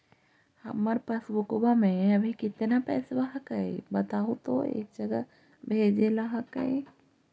हमार पासबुकवा में अभी कितना पैसावा हक्काई बताहु तो एक जगह भेजेला हक्कई?